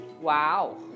wow